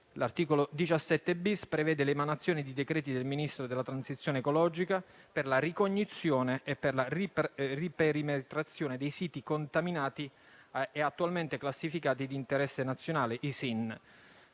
L'articolo 17-*bis* prevede l'emanazione di decreti del Ministro della transizione ecologica per la ricognizione e per la riperimetrazione dei siti contaminati e attualmente classificati di interesse nazionale (SIN).